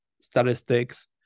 statistics